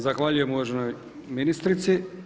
Zahvaljujem uvaženoj ministrici.